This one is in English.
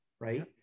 right